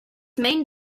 main